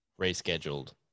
rescheduled